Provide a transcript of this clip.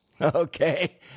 Okay